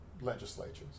legislatures